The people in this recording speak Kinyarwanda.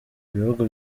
ibihugu